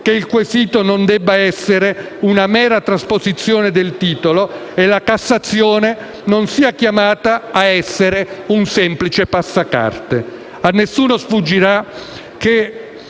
che il quesito non debba essere una mera trasposizione del titolo e la Cassazione non sia chiamata ad essere un semplice passacarte. A nessuno sfuggirà che